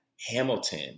Hamilton